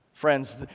Friends